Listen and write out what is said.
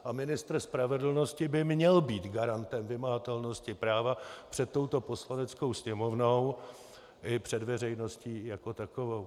A ministr spravedlnosti by měl být garantem vymahatelnosti práva před touto Poslaneckou sněmovnou i před veřejností jako takovou.